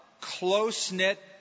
close-knit